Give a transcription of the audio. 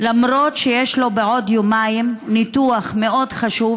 למרות שיש לו בעוד יומיים ניתוח מאוד חשוב,